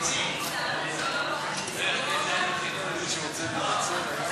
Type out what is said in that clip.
3 נתקבלו.